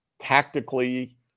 tactically